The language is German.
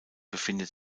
befindet